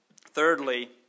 Thirdly